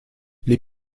les